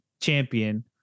champion